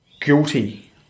guilty